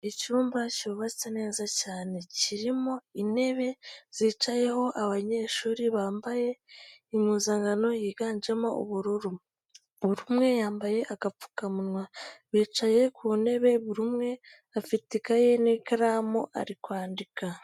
Icyumba cyubatse neza cyane kirimo intebe zicayeho abanyeshuri bambaye impuzankano yiganjemo ubururu, buri umwe yambaye agapfukamunwa, bicaye ku ntebe buri umwe afite ikaye n'ikaramu ari kwandika.